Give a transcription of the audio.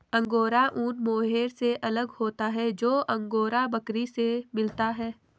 angora ऊन mohair से अलग होता है जो अंगोरा बकरी से मिलता है